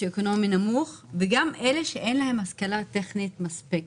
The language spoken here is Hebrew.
סוציואקונומי נמוך וגם אלה שאין להם השכלה טכנית מספקת.